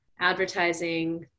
advertising